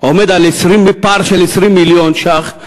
עומד על פער של 20 מיליון ש"ח,